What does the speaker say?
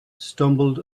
stumbled